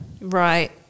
Right